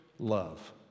love